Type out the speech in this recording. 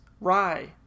rye